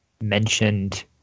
mentioned